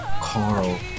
Carl